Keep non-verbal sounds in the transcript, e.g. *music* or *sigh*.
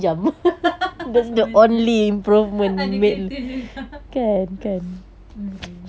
*laughs* ada kereta juga *laughs* *noise*